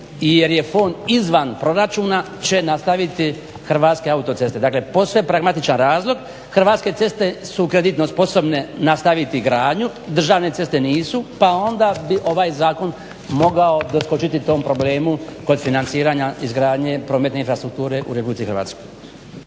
jer je fond izvan proračuna će nastaviti Hrvatske autoceste. Dakle, posve pragmatičan razlog Hrvatske ceste su kreditno sposobne nastaviti gradnju, Državne ceste nisu pa onda bi ovaj zakon mogao doskočiti tom problemu kod financiranja izgradnje prometne infrastrukture u RH.